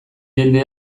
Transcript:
jende